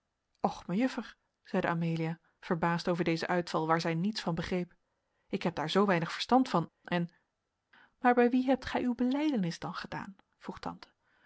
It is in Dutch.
och mejuffer zeide amelia verbaasd over dezen uitval waar zij niets van begreep ik heb daar zoo weinig verstand van en maar bij wien hebt gij uw belijdenis dan gedaan vroeg tante